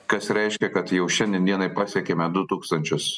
kas reiškia kad jau šiandien dienai pasiekėme du tūkstančius